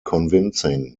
convincing